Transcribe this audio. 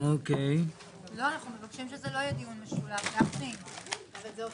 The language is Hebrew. זה אותו